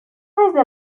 desde